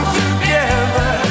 together